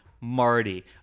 Marty